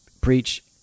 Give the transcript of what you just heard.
preach